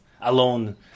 alone